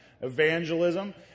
Evangelism